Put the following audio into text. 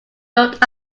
looked